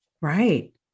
Right